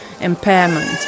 impairment